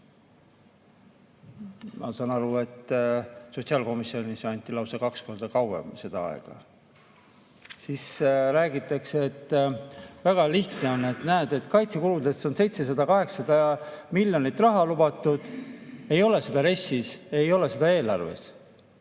Ma saan aru, et sotsiaalkomisjonis anti lausa kaks korda kauem seda aega. Siis räägitakse, et väga lihtne on, et näed, et kaitsekuludest on 700–800 miljonit raha lubatud, ei ole seda RES-is, ei ole seda eelarves.